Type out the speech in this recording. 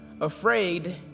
afraid